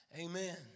Amen